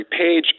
page